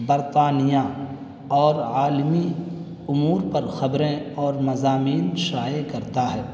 برطانیہ اور عالمی امور پر خبریں اور مضامین شائع کرتا ہے